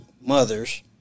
mothers